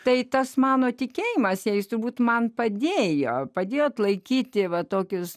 tai tas mano tikėjimas jais turbūt man padėjo padėjo atlaikyti va tokius